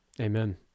Amen